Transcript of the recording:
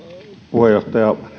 puheenjohtaja